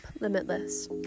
Limitless